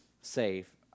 safe